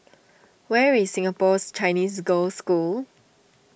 where is Singapore's Chinese Girl School